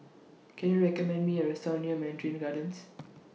Can YOU recommend Me A Restaurant near Mandarin Gardens